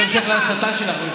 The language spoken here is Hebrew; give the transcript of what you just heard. זה בהמשך להסתה שלך.